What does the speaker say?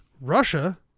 russia